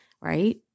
right